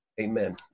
Amen